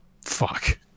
fuck